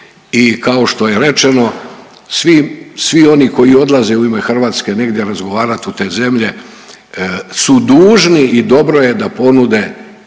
i kao što je rečeno svi oni koji odlaze u ime Hrvatske negdje razgovarati u te zemlje su dužni i dobro je da ponude